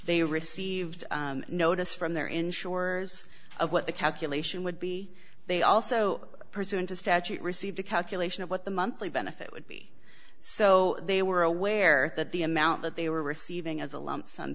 they received notice from their insurers of what the calculation would be they also pursuant to statute received a calculation of what the monthly benefit would be so they were aware that the amount that they were receiving as a lump sum